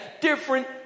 Different